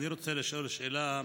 אני רוצה לשאול שאלה.